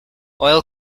oil